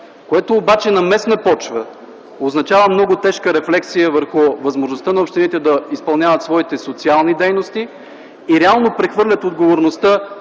което на местна почва означава много тежка рефлексия върху възможността на общините да изпълняват своите социални дейности. Реално прехвърлят отговорността,